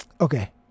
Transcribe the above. Okay